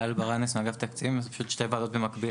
רשות התחרות פשוט בשתי ועדות במקביל,